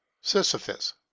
Sisyphus